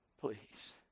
Please